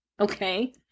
Okay